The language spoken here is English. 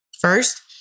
First